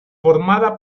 formada